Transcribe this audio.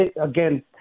again